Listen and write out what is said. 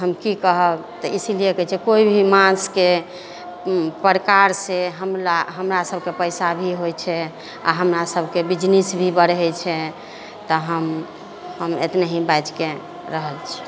हम की कहब तऽ इसीलिये कहै छै कोई भी माँसके प्रकारसँ हमरा हमरा सबके पैसा भी होइ छै आओर हमरा सबके बिजनेस भी बढ़ै छै तऽ हम इतने ही बाजिके रहै छी